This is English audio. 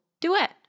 duet